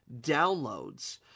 downloads